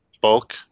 bulk